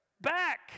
back